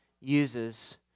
uses